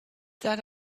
that